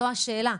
זו השאלה.